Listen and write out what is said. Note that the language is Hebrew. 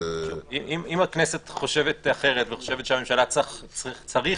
אם הכנסת חושבת אחרת וחושבת שצריך